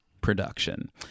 production